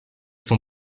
son